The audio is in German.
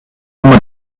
immer